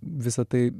visa tai